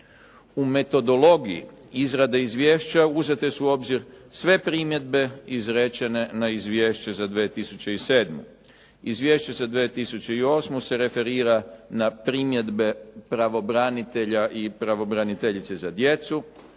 U metodologiji izrade izvješća uzete su u obzir sve primjedbe izrečene na izvješće za 2007. Izvješće za 2008. se referira na primjedbe pravobranitelja i pravobraniteljice za djecu.